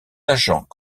agents